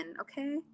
okay